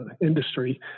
industry